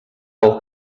pel